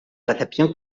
recepción